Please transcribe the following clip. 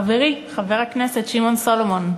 חברי חבר הכנסת שמעון סולומון,